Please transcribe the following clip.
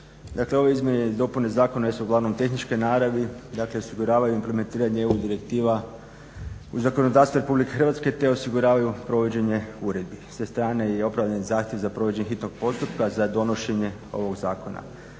Dakle, ove Izmjene i dopune zakona su uglavnom tehničke naravi i dakle osiguravaju implementiranje EU direktiva u zakonodavstvu Republike Hrvatske te osiguravaju provođenje uredbi. Sa strane je i opravdani zahtjev za provođenje hitnog postupka za donošenje ovoga Zakona.